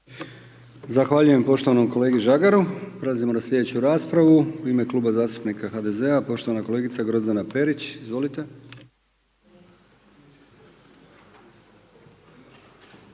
Zahvaljujem kolegi Miloševiću, prelazimo na slijedeću raspravu u ime Kluba zastupnika HDZ-a, poštovana kolegica Grozdana Perić, izvolite.